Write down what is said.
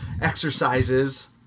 Exercises